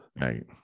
Right